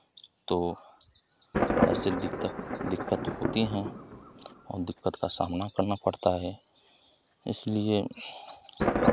तो ऐसे दिक्कत दिक्कत होते हैं और दिक्कत का सामना करना पड़ता है इसलिए